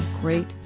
great